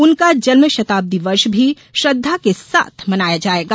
उनका जन्मशताब्दी वर्ष भी श्रद्धा के साथ मनाया जाएगा